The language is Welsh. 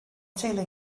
teulu